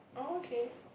oh okay